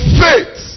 faith